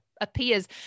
appears